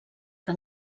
que